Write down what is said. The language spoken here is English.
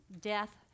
death